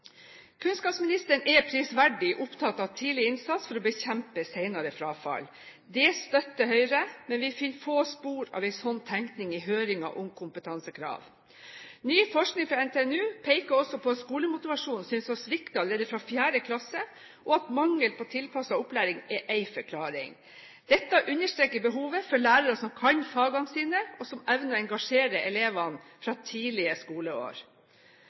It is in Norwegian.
Kunnskapsministeren er prisverdig opptatt av tidlig innsats for å bekjempe senere frafall. Det støtter Høyre, men vi finner få spor av en slik tenkning i høringen om kompetansekrav. Ny forskning fra NTNU peker også på skolemotivasjonen som svikter allerede fra 4. klasse, og at mangel på tilpasset opplæring er en forklaring. Dette understreker behovet for lærere som kan fagene sine, og som evner å engasjere elevene fra tidlige skoleår.